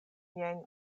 miajn